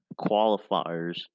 qualifiers